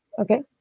okay